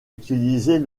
utiliser